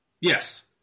Yes